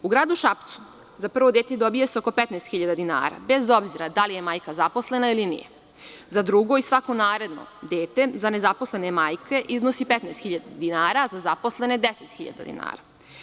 U gradu Šapcu za prvo dete dobija se oko 15.000 dinara, bez obzira da li je majka zaposlena ili nije, za drugo i svako naredno dete za nezaposlene majke iznos je 15.000 dinara, a za zaposlene 10.000 dinara.